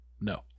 No